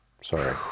sorry